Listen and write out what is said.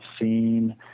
seen